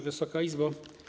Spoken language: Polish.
Wysoka Izbo!